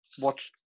watched